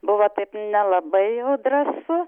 buvo taip nelabai jau drąsu